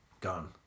Gone